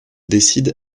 décide